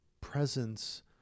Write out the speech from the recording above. presence